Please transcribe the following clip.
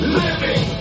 living